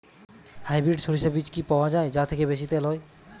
Hybrid শরিষা বীজ কি পাওয়া য়ায় যা থেকে বেশি তেল হয়?